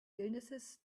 illnesses